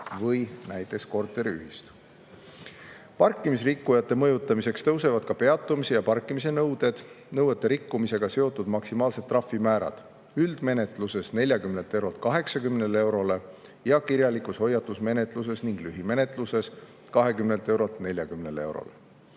või näiteks korteriühistu. Parkimis[reeglite] rikkujate mõjutamiseks tõusevad ka peatumise ja parkimise nõuete rikkumisega seotud maksimaalsed trahvimäärad: üldmenetluses 40 eurolt 80 eurole ning kirjalikus hoiatusmenetluses ja lühimenetluses 20 eurolt 40 eurole.